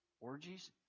orgies